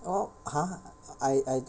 oh !huh! !huh! I I